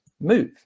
move